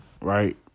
right